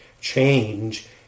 Change